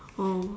oh